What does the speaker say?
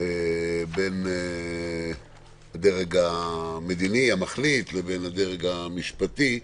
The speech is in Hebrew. בין הדרג המדיני, המחליט, לבין הדרג המשפטי,